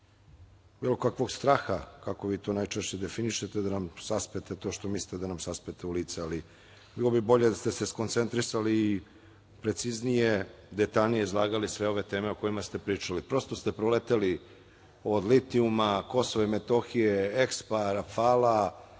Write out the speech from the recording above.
bilo kakvog straha, kako vi to najčešće definišete, da nam saspete to što mislite da nam saspete u lice, ali bilo bi bolje da ste se skoncentrisali i preciznije, detaljnije izlagali sve ove teme o kojima ste pričali. prosto ste preleteli od litijuma, KiM, EKSPA, „Rafala“,